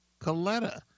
Coletta